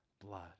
blood